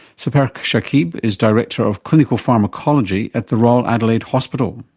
sepehr shakib is director of clinical pharmacology at the royal adelaide hospital.